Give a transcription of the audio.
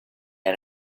and